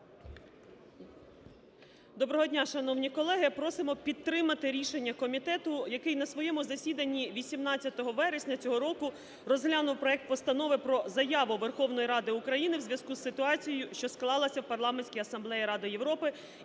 Доброго дня, шановні колеги. Просимо підтримати рішення комітету, який на своєму засіданні 18 вересня цього року розглянув проект Постанови про заяву Верховної Ради України у зв'язку із ситуацією, що склалася в Парламентській Асамблеї Ради Європи,